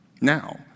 Now